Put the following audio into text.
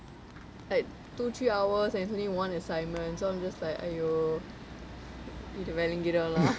like two three hours and it's only one assignment so I'm just like !aiyo! இது விளங்கிடும்:ithu vilangidum lah